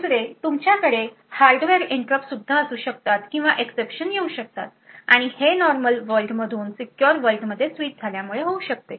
दुसरे तुमच्याकडे hardware interrupt सुद्धा असू शकतात किंवा एक्सेप्शन येऊ शकतात आणि हे नॉर्मल वर्ल्ड मधून सिक्योर वर्ल्ड मध्ये स्विच झाल्यामुळे होऊ शकते